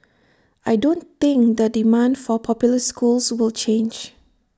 I don't think the demand for popular schools will change